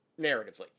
narratively